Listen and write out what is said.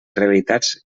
realitats